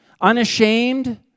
unashamed